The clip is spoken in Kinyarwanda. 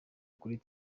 kuri